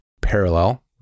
parallel